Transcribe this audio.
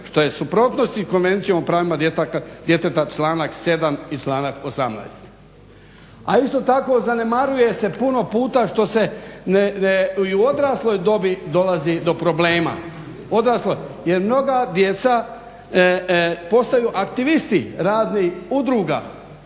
što je u suprotnosti s Konvencijom o pravima djeteta članak 7. i članak 18. A isto tako zanemaruje se puno puta što se i u odrasloj dobi dolazi do problema jer mnoga djeca postaju aktivisti raznih udruga